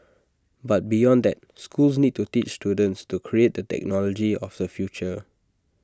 but beyond that schools need to teach students to create the technology of the future